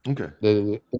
Okay